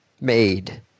made